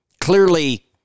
clearly